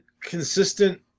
consistent